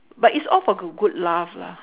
but it's all for go~ good laugh lah